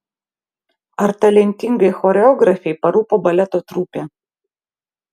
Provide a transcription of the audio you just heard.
ar talentingai choreografei parūpo baleto trupė